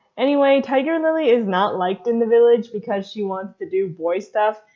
anyway, tiger lily is not liked in the village because she wants to do boy stuff,